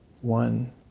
One